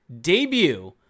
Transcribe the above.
debut